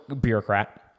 bureaucrat